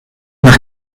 nach